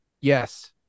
yes